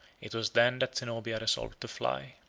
it was then that zenobia resolved to fly.